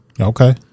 Okay